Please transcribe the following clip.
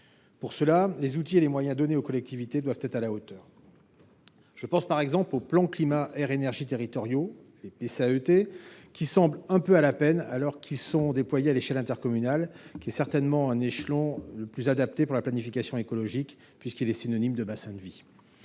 Pour cela, les outils et les moyens donnés aux collectivités doivent être à la hauteur. Je pense par exemple aux plans climat air énergie territoriaux, qui semblent un peu à la peine, alors qu’ils sont déployés à l’échelon intercommunal, ce dernier étant certainement le plus adapté pour la planification écologique, puisqu’il est synonyme de bassin de vie.